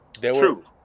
True